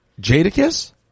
Jadakiss